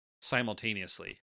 simultaneously